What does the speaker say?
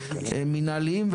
מינהליים,